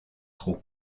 trop